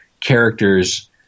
characters